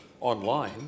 online